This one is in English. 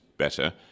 better